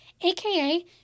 aka